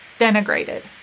denigrated